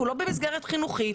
הוא לא במסגרת חינוכית,